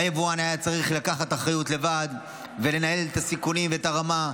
היבואן היה צריך לקחת אחריות לבד ולנהל את הסיכונים ואת הרמה,